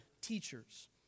teachers